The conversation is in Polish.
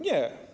Nie.